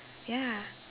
ya